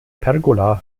pergola